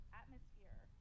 atmosphere